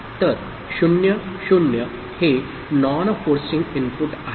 तर 0 0 हे non forcing input आहे